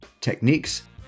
techniques